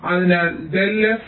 അതിനാൽ del f del a b ആണ്